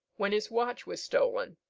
when his watch was stolen.